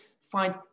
find